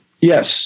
Yes